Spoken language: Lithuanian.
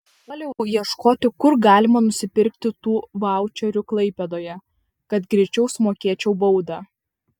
puoliau ieškoti kur galima nusipirkti tų vaučerių klaipėdoje kad greičiau sumokėčiau baudą